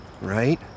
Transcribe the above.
Right